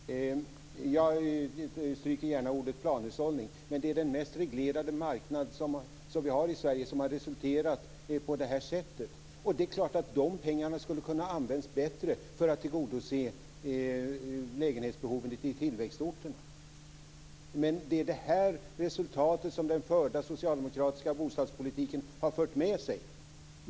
Fru talman! Jag stryker gärna ordet "planhushållning", men det är den mest reglerade marknad vi har i Sverige som har resulterat i att det blivit på det här sättet. Det är klart att dessa pengar hade kunnat användas bättre för att tillgodose lägenhetsbehovet i tillväxtorterna. Det är de här resultaten som den av socialdemokraternas bostadspolitik har fört med sig.